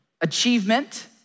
achievement